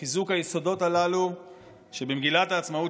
לחיזוק היסודות הללו שבמגילת העצמאות